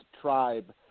tribe